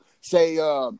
Say